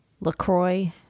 LaCroix